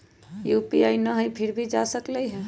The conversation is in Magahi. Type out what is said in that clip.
यू.पी.आई न हई फिर भी जा सकलई ह?